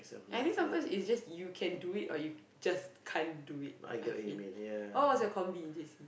and I think sometimes is just you can do it or you just can't do it I feel what was your combi in J_C